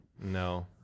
No